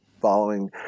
following